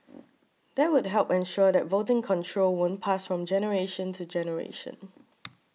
that would help ensure that voting control won't pass from generation to generation